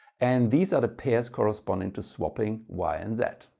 and these are the pairs corresponding to swapping y and z.